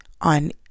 on